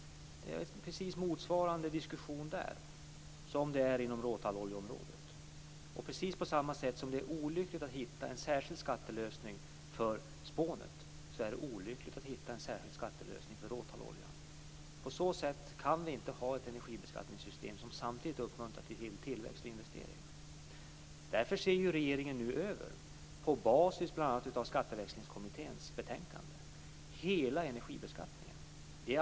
Det blir precis samma diskussion där som i fråga om råtalloljan. Precis på samma sätt som det är olyckligt att hitta en särskild skattelösning för spånet är det olyckligt att hitta en särskild skattelösning för råtalloljan. På så sätt kan vi inte ha ett energibeskattningssystem som samtidigt uppmuntrar till tillväxt och investeringar. Därför ser regeringen, på basis av bl.a. Skatteväxlingskommitténs betänkande, nu över hela energibeskattningen.